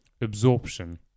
absorption